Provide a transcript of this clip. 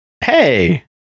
hey